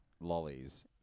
lollies